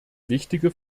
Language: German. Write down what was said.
wichtige